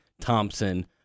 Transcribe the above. Thompson